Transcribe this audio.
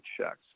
checks